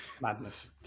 Madness